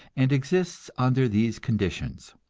and exists under these conditions.